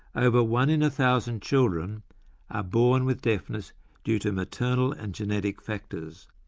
over one in a thousand children are born with deafness due to maternal and genetic factors,